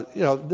you know,